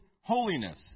Holiness